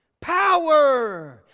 Power